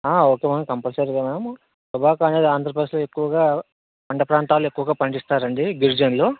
okay ma'am కంపల్సరీగా ma'am tobacco అనేది ఆంధ్రప్రదేశ్లో ఎక్కువగా కొండప్రాంతాల్లో ఎక్కువగా పండిస్తారు అండి గిరిజనులు